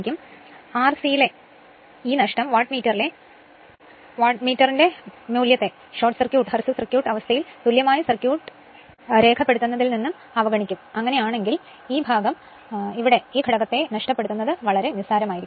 R c യിലെ ഈ നഷ്ടം വാട്ട്മീറ്ററിലെ ഷോർട്ട് സർക്യൂട്ട് അവസ്ഥയിൽ തുല്യമായ സർക്യൂട്ട് വായിക്കുന്നതിൽ നമ്മൾ അവഗണിക്കുകയാണെങ്കിൽ ഈ ഭാഗം കാരണം ഞാൻ ഈ ഘടകത്തെ ഇവിടെ നഷ്ടപ്പെടുത്തുന്നത് വളരെ നിസ്സാരമായിരിക്കും